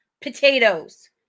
potatoes